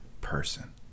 person